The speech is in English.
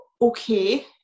okay